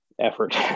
effort